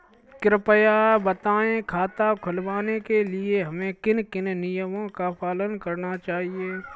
कृपया बताएँ खाता खुलवाने के लिए हमें किन किन नियमों का पालन करना चाहिए?